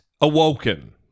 awoken